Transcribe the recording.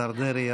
השר דרעי,